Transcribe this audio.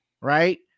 right